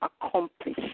accomplish